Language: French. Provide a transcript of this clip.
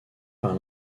par